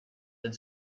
had